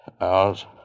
Hours